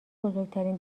بزرگترین